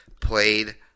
played